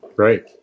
Right